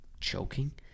choking